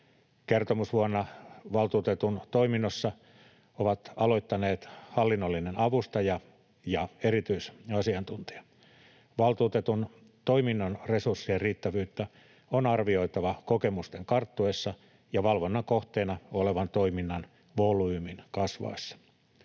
Kertomusvuonna valtuutetun toiminnossa ovat aloittaneet hallinnollinen avustaja ja erityisasiantuntija. Valtuutetun toiminnon resurssien riittävyyttä on arvioitava kokemusten karttuessa ja valvonnan kohteena olevan toiminnan volyymin kasvaessa.